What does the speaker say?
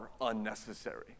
unnecessary